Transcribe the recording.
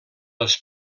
els